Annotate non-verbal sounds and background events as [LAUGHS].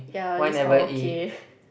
yeah I'll just oh okay [LAUGHS]